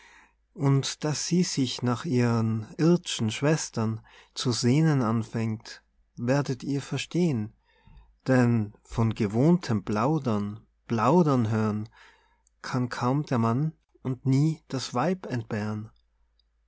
und daß sie sich nach ihren ird'schen schwestern zu sehnen anfängt werdet ihr verstehn denn von gewohntem plaudern plaudern hören kann kaum der mann und nie das weib entbehren